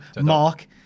Mark